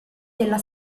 della